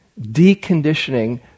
deconditioning